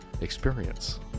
experience